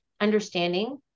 understanding